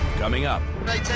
coming up.